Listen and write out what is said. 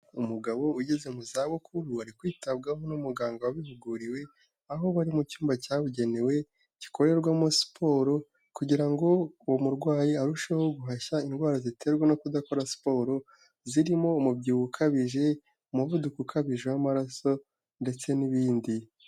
Umugabo ugeze mu zabukuru ari kwitabwaho n'umuganga wabihuguriwe, aho bari mu cyumba cyabugenewe gikorerwamo siporo kugira ngo uwo murwayi arusheho guhashya indwara ziterwa no kudakora siporo zirimo umubyibuho ukabije, umuvuduko ukabije w'amaraso ndetse n'ibindi.